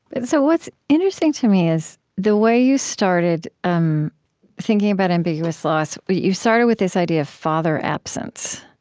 but so what's interesting to me is the way you started um thinking about ambiguous loss. but you started with this idea of father absence.